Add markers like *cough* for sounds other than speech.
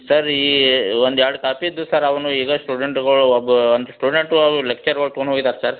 sir ಈ ಒಂದು ಎರಡು ಕಾಪಿ ಇದ್ದವು ಸರ್ ಅವನ್ನೂ ಈಗ ಸ್ಟೂಡೆಂಟ್ಗಳು ಒಬ್ಬ ಒಂದು ಸ್ಟುಡೆಂಟು *unintelligible* ಲೆಕ್ಚರ್ಗಳು ತೊಗೊಂಡೋಗಿದಾರೆ ಸರ್